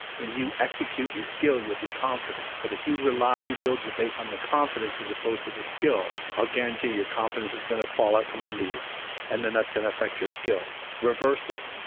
when you execute your skill you'll be confident, but if you rely you build your base on the confidence as opposed to the skill, i'll guarantee your confidence is going to fall out from under you and then that's going to affect your skill. reverse it.